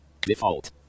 Default